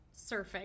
surfing